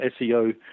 SEO